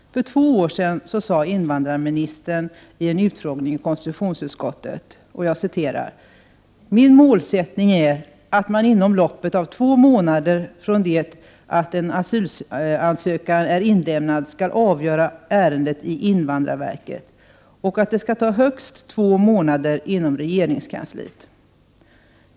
För två år sedan sade invandrarministern i en utfrågning i konstitutionsutskottet: ”Min målsättning är att man inom loppet av två månader från det att en aslyansökan är inlämnad skall avgöra ärendet i invandrarverket och att det skall ta högst två månader inom regeringskansliet.